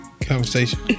conversation